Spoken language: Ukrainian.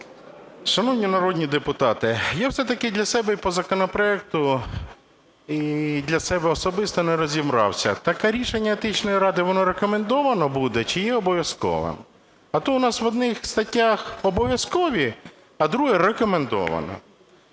Шановні народні депутати, я все-таки для себе і по законопроекту, і для себе особисто не розібрався, так а рішення Етичної ради, воно рекомендовано буде чи є обов'язковим? А то у нас в одних статтях обов'язкові, а в других – рекомендовано.